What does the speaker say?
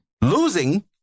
Losing